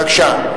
בבקשה.